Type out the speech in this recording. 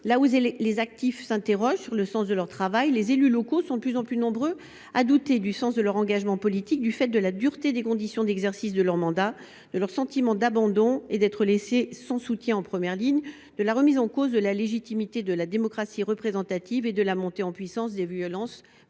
que les actifs s’interrogent sur le sens de leur travail, les élus locaux, quant à eux, sont de plus en plus nombreux à douter du sens de leur engagement politique du fait de la dureté des conditions d’exercice de leur mandat, de leur sentiment d’abandon, de leur impression d’être laissés sans soutien en première ligne, de la remise en cause de la légitimité de la démocratie représentative et de la montée en puissance des violences verbales,